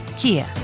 Kia